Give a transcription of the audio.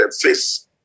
face